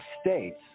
states